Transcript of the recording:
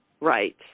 Right